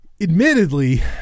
admittedly